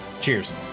cheers